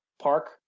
park